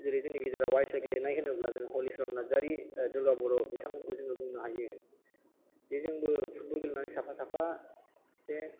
जेरै जोंनि गेजेराव आइ एस एल गेलेनाय होनोब्ला हलिसरन नार्जारि दुर्गा बर' बिथांमोनखौ जोङो बुंनो हायो बेजोंबो फुटबल गेलेनानै साफा साफा जे